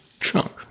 chunk